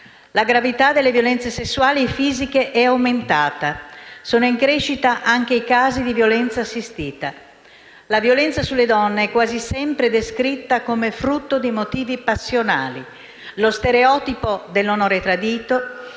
La gravità delle violenze sessuali e fisiche è aumentata. Sono in crescita anche i casi di violenza assistita. La violenza sulle donne è quasi sempre descritta come frutto di motivi passionali. Lo stereotipo dell'onore tradito,